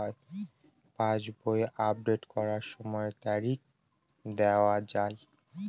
পাসবই update করার সময়ে তারিখ দেখা য়ায়?